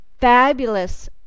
fabulous